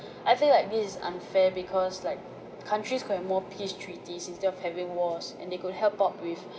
I feel like this is unfair because like countries could have more peace treaties instead of having wars and they could help out with